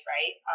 Right